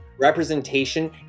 representation